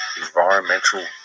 environmental